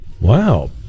Wow